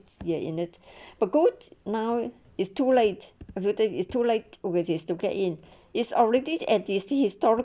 ya in it but goat now it's too late advertise is too light which is to get in is oriented artistic historic